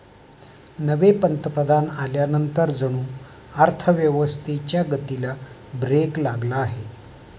नवे पंतप्रधान आल्यानंतर जणू अर्थव्यवस्थेच्या गतीला ब्रेक लागला आहे